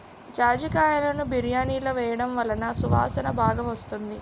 జాజికాయలును బిర్యానిలో వేయడం వలన సువాసన బాగా వస్తుంది